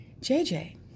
JJ